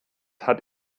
hat